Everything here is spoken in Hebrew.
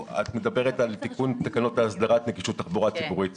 את מדברת על תיקון תקנות הסדרת נגישות תחבורה ציבורית.